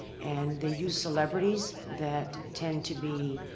and they use celebrities that tend to be,